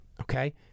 okay